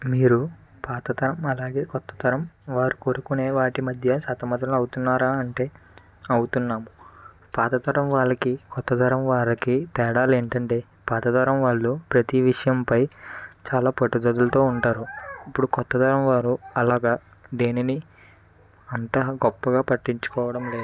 మీరు పాతతరం అలాగే కొత్తతరం వారు కోరుకునే వాటి మధ్య సతమతమౌతున్నారా అంటే అవుతున్నాము పాతతరం వాళ్ళకి కొత్తతరం వారికి తేడాలు ఏంటంటే పాతతరం వాళ్ళు ప్రతీ విషయంపై చాలా పట్టుదలతో ఉంటారు ఇప్పడు కొత్తతరం వారు అలాగా దేనిని అంత గొప్పగా పట్టించుకోవడం లేదు